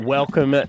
Welcome